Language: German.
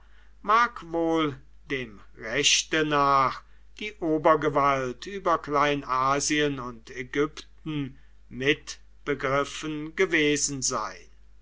mag wohl dem rechte nach die obergewalt über kleinasien und ägypten mitbegriffen gewesen sein